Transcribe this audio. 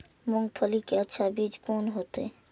मूंगफली के अच्छा बीज कोन होते?